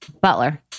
Butler